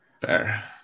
Fair